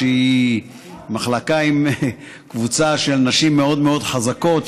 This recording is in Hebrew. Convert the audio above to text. שהיא מחלקה עם קבוצה של נשים מאוד מאוד חזקות,